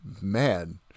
Man